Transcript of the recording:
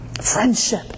Friendship